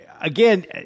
again